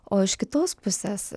o iš kitos pusės